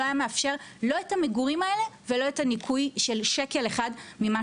לא היה מאפשר לא את המגורים האלה ולא את הניכוי של שקל אחד ממה